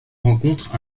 rencontrent